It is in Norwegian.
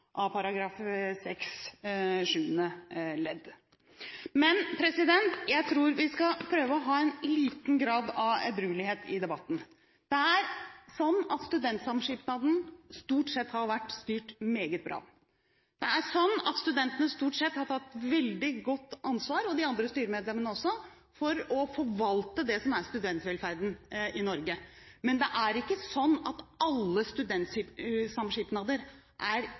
av § 6 syvende ledd. Men jeg tror vi skal prøve å ha en liten grad av edruelighet i debatten. Det er slik at studentsamskipnaden stort sett har vært styrt meget bra. Det er slik at studentene og også de andre styremedlemmene stort sett har tatt veldig godt ansvar for å forvalte studentvelferden i Norge. Men det er ikke slik at alle studentsamskipnader blir prikkfritt styrt. Det er